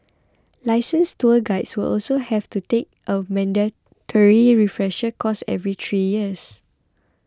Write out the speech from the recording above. licensed tour guides will also have to take a mandatory terry refresher course every three years